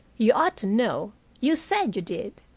you ought to know. you said you did.